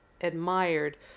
admired